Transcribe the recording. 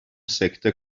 سکته